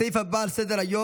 הסעיף הבא על סדר-היום,